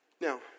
Now